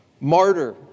Martyr